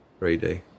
3D